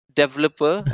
developer